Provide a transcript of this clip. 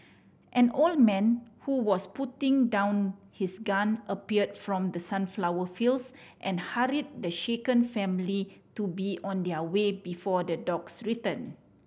an old man who was putting down his gun appear from the sunflower fields and hurried the shaken family to be on their way before the dogs return